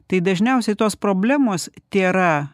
tai dažniausiai tos problemos tėra